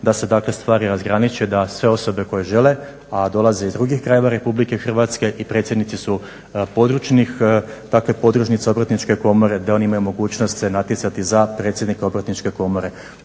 da se dakle stvari razgraniče, da sve osobe koje žele, a dolaze iz drugih krajeva Republike Hrvatske i predsjednici su područnih dakle podružnica Obrtničke komore, da oni imaju mogućnost se natjecati za predsjednika Obrtničke komore.